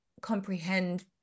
comprehend